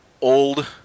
old